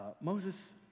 Moses